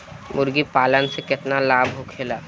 मुर्गीपालन से केतना लाभ होखे?